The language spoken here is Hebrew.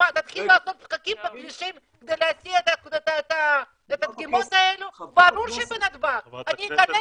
גברתי היושבת-ראש, לפי דברי סגן